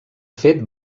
fet